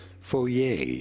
foyer